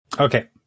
okay